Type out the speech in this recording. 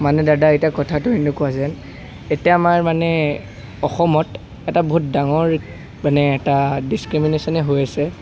মানে দাদা এতিয়া কথাটো এনেকুৱা যেন এতিয়া আমাৰ মানে অসমত এটা বহুত ডাঙৰ মানে এটা ডিচক্ৰিমিনেশ্বনে হৈ আছে